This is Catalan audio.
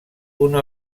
una